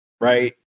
right